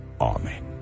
Amen